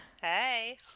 Hey